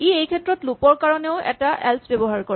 ই এইক্ষেত্ৰত লুপ ৰ কাৰণেও এটা এল্চ ব্যৱহাৰ কৰে